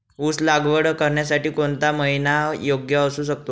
ऊस लागवड करण्यासाठी कोणता महिना योग्य असू शकतो?